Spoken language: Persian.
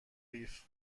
قیف